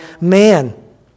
man